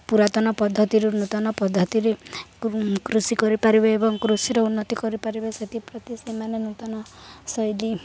ପୁରାତନ ପଦ୍ଧତିରୁ ନୂତନ ପଦ୍ଧତିରେ କୃଷି କରିପାରିବେ ଏବଂ କୃଷିର ଉନ୍ନତି କରିପାରିବେ ସେଥିପ୍ରତି ସେମାନେ ନୂତନ ଶୈଳୀ